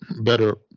better